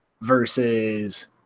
versus